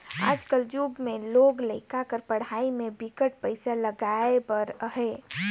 आज कर जुग में लोग लरिका कर पढ़ई में बिकट पइसा लगाए बर अहे